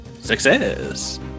Success